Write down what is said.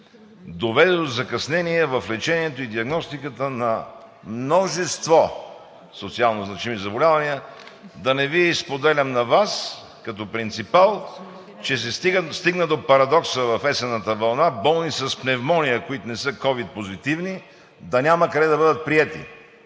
доведе до закъснение в лечението и диагностиката на множество социалнозначими заболявания. Да не Ви споделям на Вас като принципал, че се стигна до парадокса в есенната вълна болни с пневмония, които не са ковид позитивни, да няма къде да бъдат приети.